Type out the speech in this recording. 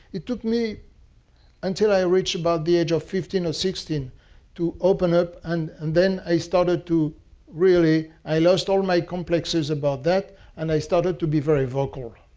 it took me until i reached about the age of fifteen or sixteen to open up, and and then i started to really i lost all my complexes about that and i started to be very vocal.